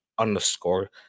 underscore